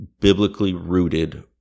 biblically-rooted